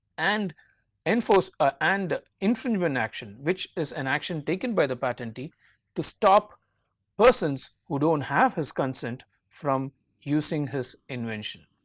and enforce ah and infringement action which is an action taken by the patentee to stop persons who do not and have his consent from using his invention.